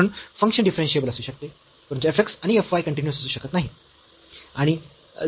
म्हणून function differentiable असू शकते परंतु f x आणि f y कन्टीन्यूअस असू शकत नाही